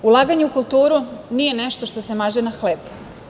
Ulaganje u kulturu nije nešto što se maže na hleb.